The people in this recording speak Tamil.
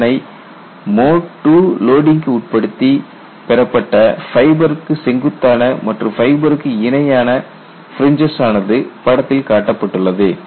இதனை மோட் II லோடிங்க்கு உட்படுத்தி பெறப்பட்ட ஃபைபருக்கு செங்குத்தான மற்றும் ஃபைபருக்கு இணையான பிரின்ஜஸ் ஆனது படத்தில் காட்டப்பட்டுள்ளது